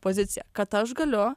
poziciją kad aš galiu